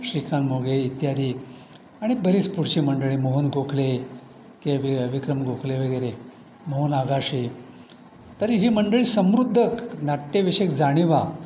श्रीकांत मोघे इत्यादी आणि बरीच पुढची मंडळी मोहन गोखले के विक्रम गोखले वगैरे मोहन आगाशे तर ही मंडळी समृद्ध नाट्यविषयक जाणिवा